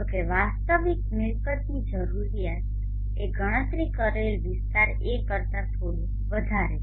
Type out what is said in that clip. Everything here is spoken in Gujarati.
જો કે વાસ્તવિક મિલકતની જરૂરીયાત એ ગણતરી કરેલ વિસ્તાર A કરતાં થોડું વધારે છે